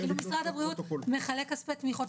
היא במישור יחסים של בין המדינה לקופות